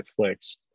netflix